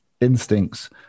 instincts